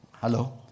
Hello